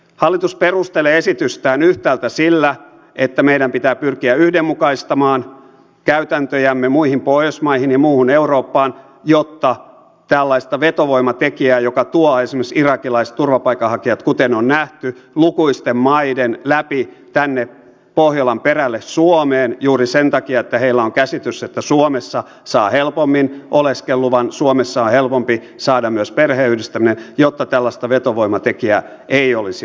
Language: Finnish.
hallitus perustelee esitystään yhtäältä sillä että meidän pitää pyrkiä yhdenmukaistamaan käytäntöjämme muihin pohjoismaihin ja muuhun eurooppaan jotta ei olisi olemassa tällaista vetovoimatekijää joka tuo esimerkiksi irakilaisturvapaikanhakijat kuten on nähty lukuisten maiden läpi tänne pohjolan perälle suomeen juuri sen takia että heillä on käsitys että suomessa saa helpommin oleskeluluvan suomessa on helpompi saada myös perheystävä joka tällaista vetovoimatekijää ei perheenyhdistäminen